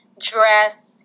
dressed